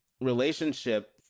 relationship